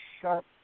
sharp